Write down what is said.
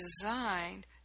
designed